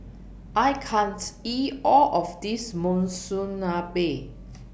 I can't eat All of This Monsunabe